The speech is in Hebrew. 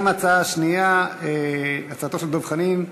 גם ההצעה השנייה, הצעתו של דב חנין,